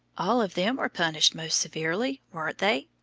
all of them were punished most severely weren't they?